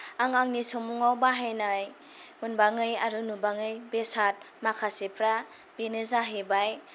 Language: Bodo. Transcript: आं आंनि समुंआव बाहायनाय मोनबांयै आरो नुबाङै बेसाद माखासेफ्रा बेनो जाहैबाय